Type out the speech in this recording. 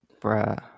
Bruh